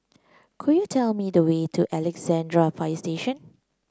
could you tell me the way to Alexandra Fire Station